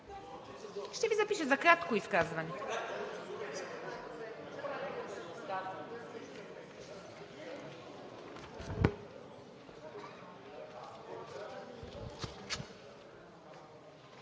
Ще Ви запиша за кратко изказване.